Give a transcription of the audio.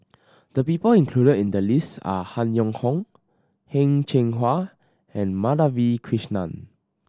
the people included in the list are Han Yong Hong Heng Cheng Hwa and Madhavi Krishnan